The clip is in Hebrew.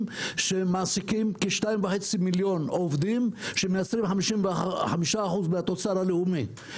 שמעסיקים כ-2.5 מיליון עובדים שמייצרים 55% מהתוצר הלאומי.